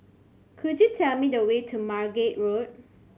could you tell me the way to Margate Road